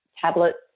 tablets